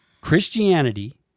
Christianity